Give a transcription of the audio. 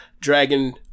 dragon